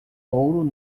louro